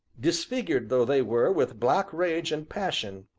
disfigured though they were with black rage and passion,